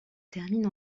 termine